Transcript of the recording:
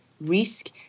risk